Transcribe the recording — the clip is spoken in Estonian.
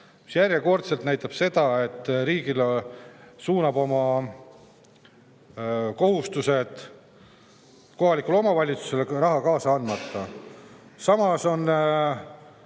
See järjekordselt näitab seda, et riik suunab oma kohustused kohalikule omavalitsusele, aga raha kaasa ei anna. Samas on